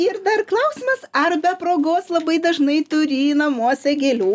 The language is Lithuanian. ir dar klausimas ar be progos labai dažnai turi namuose gėlių